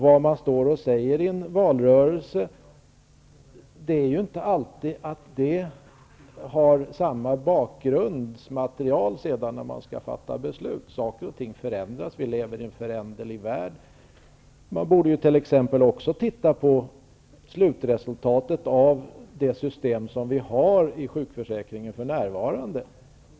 När man skall fatta beslut har man ofta ett annat bakgrundsmaterial än man hade under valrörelsen -- vi lever i en föränderlig värld. Man borde också titta på resultatet av det sjukförsäkringssystem som vi har för närvarande.